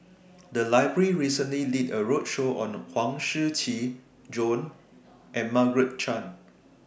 The Library recently did A roadshow on Huang Shiqi Joan and Margaret Chan